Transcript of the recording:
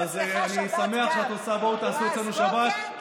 אז אני שמח שאת עושה: בואו תעשו אצלנו שבת,